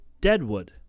Deadwood